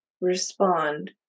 respond